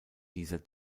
dieser